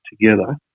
together